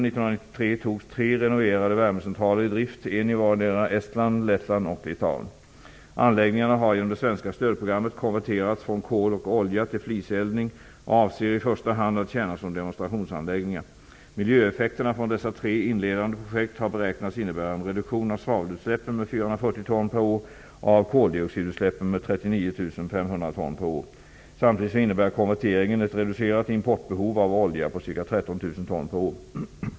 Lettland och Litauen. Anläggningarna har genom det svenska stödprogrammet konverterats från kol och olja till fliseldning och avser i första hand att tjäna som demonstrationsanläggningar. Miljöeffekterna från dessa tre inledande projekt har beräknats innebära en reduktion av svavelutsläppen med 440 ton per år och av koldioxidutsläppen med 39 500 ton per år. Samtidigt innebär konverteringen ett reducerat importbehov av olja med ca 13 000 ton per år.